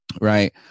right